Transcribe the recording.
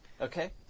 Okay